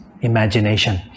imagination